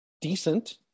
decent